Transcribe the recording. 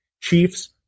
Chiefs